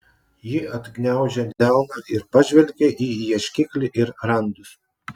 ji atgniaužė delną ir pažvelgė į ieškiklį ir randus